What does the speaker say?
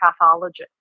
pathologist